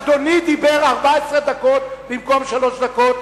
אדוני דיבר 14 דקות במקום שלוש דקות,